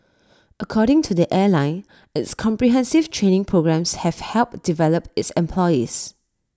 according to the airline its comprehensive training programmes have helped develop its employees